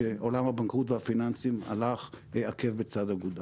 כשעולם הבנקאות והפיננסים הלך עקב בצד אגודל.